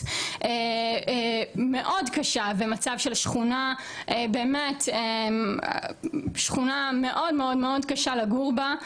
מאוד קשה ומצב של שכונה באמת שכונה מאוד מאוד קשה לגור בה,